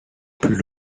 plus